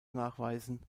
nachweisen